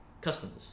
customers